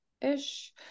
ish